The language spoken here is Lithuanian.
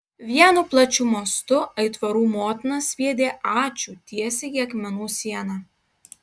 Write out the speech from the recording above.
vienu plačiu mostu aitvarų motina sviedė ačiū tiesiai į akmenų sieną